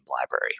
library